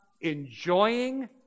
enjoying